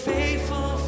faithful